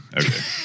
Okay